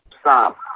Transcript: stop